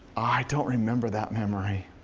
i don't remember that memory.